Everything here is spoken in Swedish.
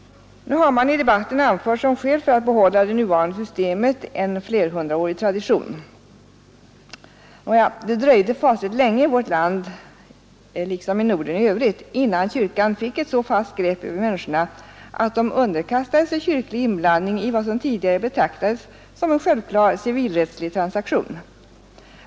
Man har i debatten anfört som skäl för att behålla det nuvarande systemet en flerhundraårig tradition. Nåja, det dröjde fasligt länge i vårt land liksom i Norden i övrigt innan kyrkan fick ett så fast grepp över människorna att de underkastade sig kyrkans inblandning i vad som tidigare betraktats såsom en självklar civilrättslig transaktion.